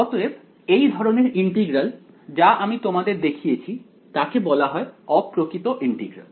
অতএব এই ধরনের ইন্টিগ্রাল যা আমি তোমাদের দেখিয়েছি তাকে বলা হয় অপ্রকৃত ইন্টিগ্রাল